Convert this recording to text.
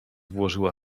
włożyła